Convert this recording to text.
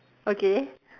okay